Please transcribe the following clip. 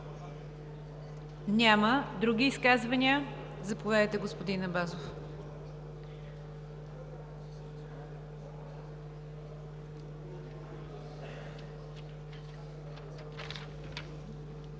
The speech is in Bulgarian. Няма. Други изказвания? Заповядайте, господин Абазов.